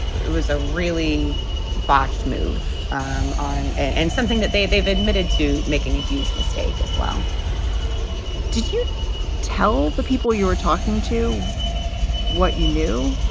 it was a really botched move um on and and something that they they've admitted to making a huge mistake as well did you tell the people you were talking to what you knew?